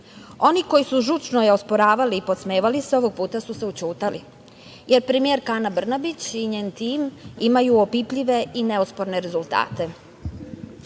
put. Oni koji su je žučno osporavali i podsmevali se, ovog puta su se ućutali, jer premijerka Ana Brnabić i njen tim imaju opipljive i neosporne rezultate.